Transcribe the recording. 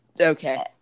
Okay